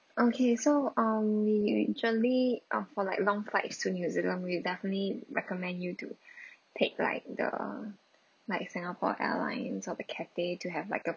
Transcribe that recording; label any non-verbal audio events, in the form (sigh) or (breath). okay so um we actually oh for like long flights to new zealand we definitely recommend you to (breath) take like the like singapore airlines or the cathay to have like a